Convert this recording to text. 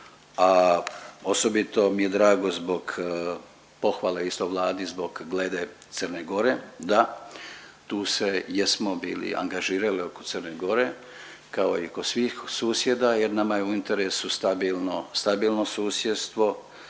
a osobito mi je drago zbog pohvale isto Vladi zbog glede Crne Gore, da, tu se jesmo bili angažirali oko Crne Gore kao i kod svih susjeda jer nama je u interesu stabilno, stabilno